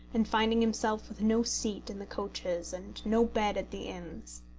and finding himself with no seat in the coaches and no bed at the inns.